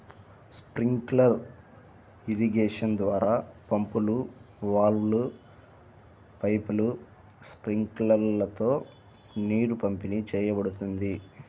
sprinkler irrigation ద్వారా పంపులు, వాల్వ్లు, పైపులు, స్ప్రింక్లర్లతో నీరు పంపిణీ చేయబడుతుంది